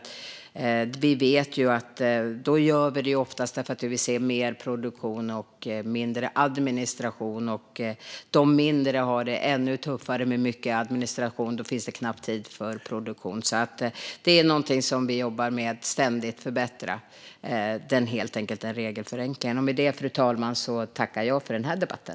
Vi gör det för att vi vill se mer produktion och mindre administration. Små verksamheter har det ju ännu tuffare. Med mycket administration finns det knappt tid för produktion. Därför jobbar vi som sagt ständigt med regelförenkling. Fru talman! Jag tackar för debatten.